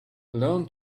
learn